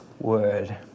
word